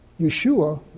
Yeshua